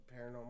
paranormal